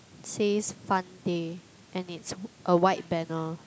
says Fun Day and it's a wide banner